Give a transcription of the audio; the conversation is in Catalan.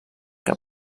que